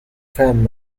fan